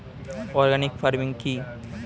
Organic farming কি?